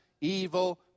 evil